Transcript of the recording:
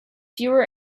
fewer